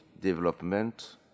development